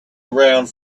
around